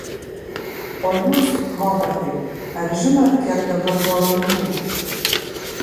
o jūs hovardai ar žinot kiek dabar valandų